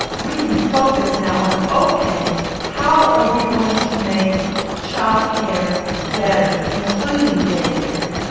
we can focus now on ok how are we going to make childcare better including day care.